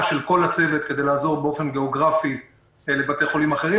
של כל הצוות כדי לעזור באופן גיאוגרפי לבתי חולים אחרים.